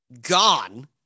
gone